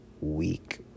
week